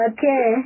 Okay